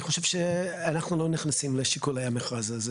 אני חושב, אנחנו לא נכנסים לשיקולי המכרז הזה.